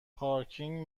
پارکینگ